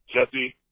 Jesse